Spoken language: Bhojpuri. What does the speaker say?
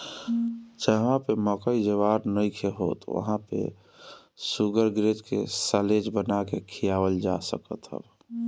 जहवा पे मकई ज्वार नइखे होत वहां पे शुगरग्रेज के साल्लेज बना के खियावल जा सकत ह